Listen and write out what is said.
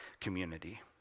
community